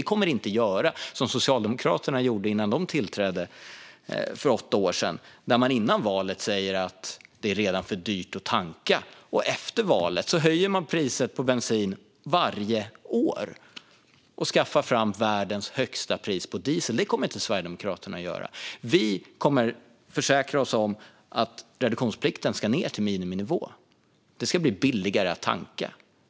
Vi kommer inte att göra som Socialdemokraterna gjorde innan de tillträdde för åtta år sedan, då de före valet sa att det var för dyrt att tanka - och efter valet höjde priset på bensin varje år samt skaffade fram världens högsta pris på diesel. Det kommer inte Sverigedemokraterna att göra. Vi kommer att försäkra oss om att få ned reduktionsplikten till miniminivå. Det ska bli billigare att tanka.